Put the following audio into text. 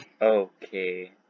Okay